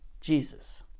jesus